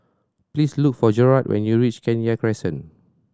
please look for Jerrad when you reach Kenya Crescent